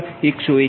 58MW Pg2181